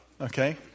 okay